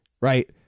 right